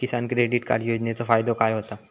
किसान credit card योजनेचो फायदो काय होता?